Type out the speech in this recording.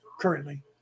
Currently